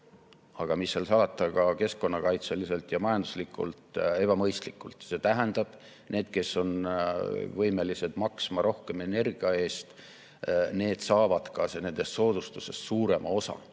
aga mis seal salata, ka keskkonnakaitseliselt ja majanduslikult ebamõistlikult. See tähendab, et need, kes on võimelised rohkem energia eest maksma, saavad ka nendest soodustusest suurema osa.